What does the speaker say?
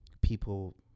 people